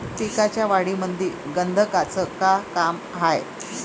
पिकाच्या वाढीमंदी गंधकाचं का काम हाये?